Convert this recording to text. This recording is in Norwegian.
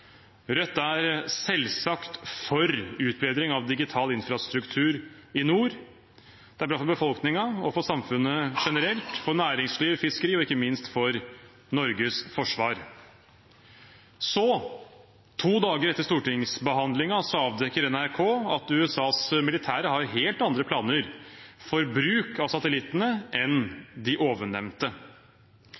Rødt er selvsagt for utbedring av digital infrastruktur i nord. Det er bra for befolkningen, samfunnet generelt, næringslivet, fiskeri og ikke minst Norges forsvar. Så, to dager etter stortingsbehandlingen, avdekker NRK at USAs militære har helt andre planer for bruken av satellittene enn de ovennevnte.